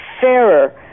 fairer